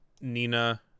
Nina